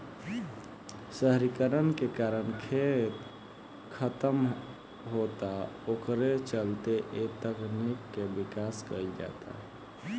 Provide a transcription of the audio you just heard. शहरीकरण के कारण खेत खतम होता ओकरे चलते ए तकनीक के विकास कईल जाता